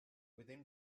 within